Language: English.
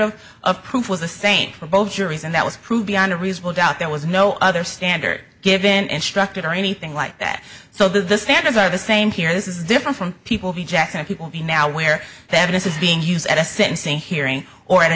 of proof was the same for both juries and that was proved beyond a reasonable doubt there was no other standard given instructed or anything like that so the standards are the same here this is different from people who jackson people be now where the evidence is being used at a sentencing hearing or at a